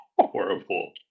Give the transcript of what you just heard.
Horrible